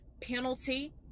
penalty